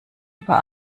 über